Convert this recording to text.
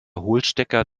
hohlstecker